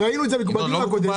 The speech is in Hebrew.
ראינו את זה בדיון הקודם.